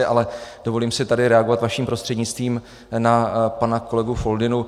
Ale dovolím si tady reagovat vaším prostřednictvím na pana kolegu Foldynu.